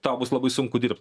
tau bus labai sunku dirbt